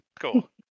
cool